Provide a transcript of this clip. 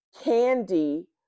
Candy